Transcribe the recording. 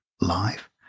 life